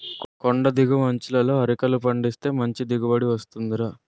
కొండి దిగువ అంచులలో అరికలు పండిస్తే మంచి దిగుబడి వస్తుందిరా